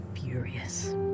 furious